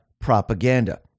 propaganda